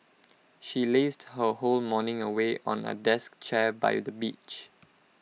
she lazed her whole morning away on A desk chair by the beach